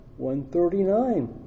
139